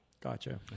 Gotcha